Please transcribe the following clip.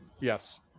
Yes